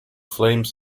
flames